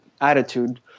attitude